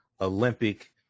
olympic